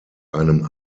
einem